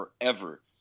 forever